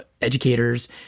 educators